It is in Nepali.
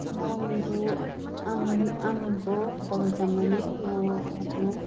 म मेरो आँगन आँगनको बगैँचामा नै म आफ्नो